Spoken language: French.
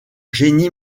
génie